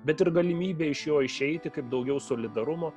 bet ir galimybė iš jo išeiti kaip daugiau solidarumo